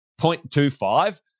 0.25